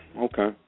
Okay